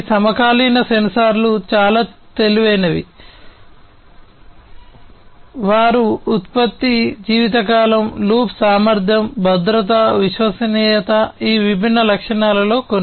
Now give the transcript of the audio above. దీనికి విరుద్ధంగా ఈ విభిన్న లక్షణాలలో కొన్ని